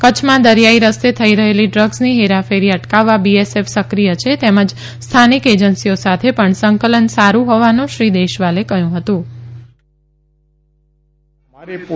કચ્છમાં દરિયાઇ રસ્તે થઇ રહેલી ડ્રગ્સની હેરાફેરી અટકાવવા બીએસએફ સક્રીય છે તેમજ સ્થાનિક એજન્સીઓ સાથે પણ સંકલન સારૂ હોવાનું શ્રી દેશવાલે કહ્યું હતુ